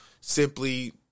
simply